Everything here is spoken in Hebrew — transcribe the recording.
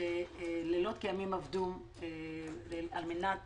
שעבדו לילות כימים על מנת